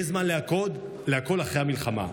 יש זמן לכול אחרי המלחמה.